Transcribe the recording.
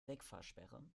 wegfahrsperre